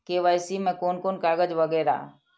KYC में कोन कोन कागज वगैरा?